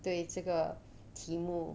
对这个题目